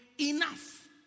enough